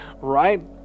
right